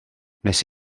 wnes